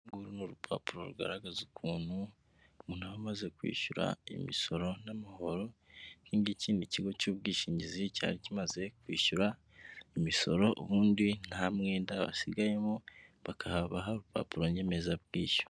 Uru nguru ni rupapuro rugaragaza ukuntu umuntu aba amaze kwishyura imisoro n'amahoro, iki ngiki ni ikigo cy'ubwishingizi cyari kimaze kwishyura imisoro, ubundi nta mwenda basigayemo bakabaha urupapuro nyemezabwishyu.